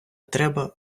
треба